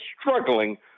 struggling